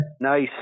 nice